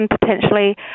potentially